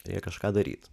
reik kažką daryt